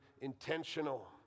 intentional